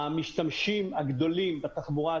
המשתמשים הגדולים בתחבורה הציבורית,